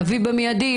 להביא במידי,